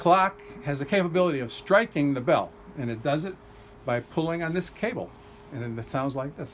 clock has the capability of striking the bell and it does it by pulling on this cable and that sounds like